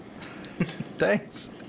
Thanks